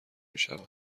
میشود